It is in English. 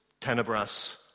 tenebras